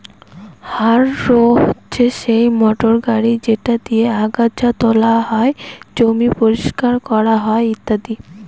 harrow হচ্ছে সেই motor গাড়ি যেটা দিয়ে আগাচ্ছা তোলা হয়, জমি পরিষ্কার করা হয় ইত্যাদি